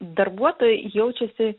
darbuotojai jaučiasi